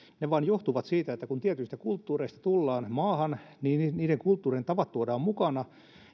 se johtuu vain siitä että kun tietyistä kulttuureista tullaan maahan niin niin niiden kulttuurien tavat tuodaan mukana